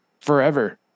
forever